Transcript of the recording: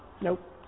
Nope